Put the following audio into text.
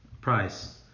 price